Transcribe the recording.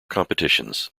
competitions